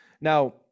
now